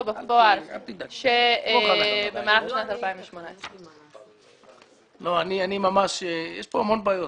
בפועל במהלך שנת 2018. יש כאן המון בעיות.